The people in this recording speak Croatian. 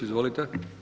Izvolite.